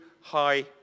high